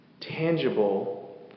tangible